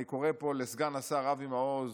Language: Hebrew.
אני קורא פה לסגן השר אבי מעוז